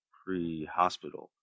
pre-hospital